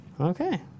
Okay